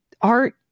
art